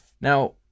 Now